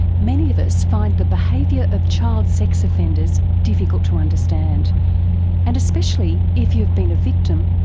many of us find the behaviour of child sex offenders difficult to understand and especially if you have been a victim,